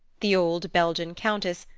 the old belgian countess,